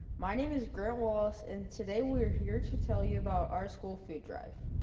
my name is greg wallace and today we are here to tell you about our school food drive.